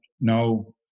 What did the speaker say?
no